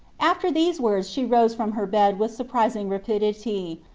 after these words she rose from her bed with surprising rapidity,